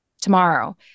tomorrow